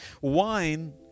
Wine